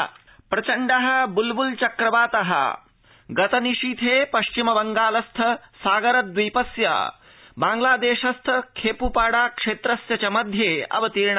चक्रवात प्रचण्ड ब्लब्ल चक्रवात गतनिशीथे पश्चिम बंगालस्थस्य सागर द्वीपस्य बांग्ला शस्थस्य खेप्पाड़ा क्षेत्रस्य च मध्ये अवतीर्ण